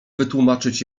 wytłumaczyć